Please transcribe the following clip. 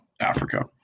Africa